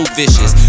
vicious